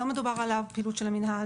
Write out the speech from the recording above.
לא מדובר על הפעילות של המינהל,